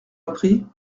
appris